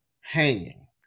hanging